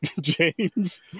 James